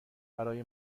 برای